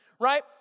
right